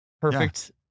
Perfect